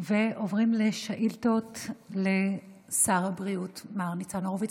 ועוברים לשאילתות לשר הבריאות מר ניצן הורוביץ.